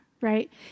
right